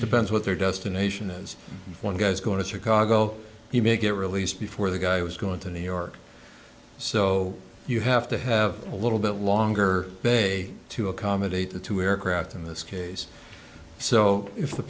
bends with their destination is one guy's going to coddle you may get released before the guy was going to new york so you have to have a little bit longer day to accommodate the two aircraft in this case so if the